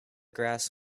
grass